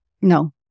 no